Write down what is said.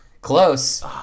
Close